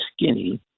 skinny